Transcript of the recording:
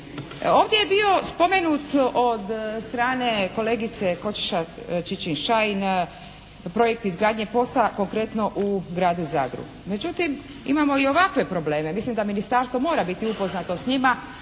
Ovdje je bio spomenut od strane kolegice Košiša Čičin-Šain projekt izgradnje POS-a konkretno u gradu Zadru. Međutim imamo i ovakve probleme. Mislim da ministarstvo mora biti upoznato s njima,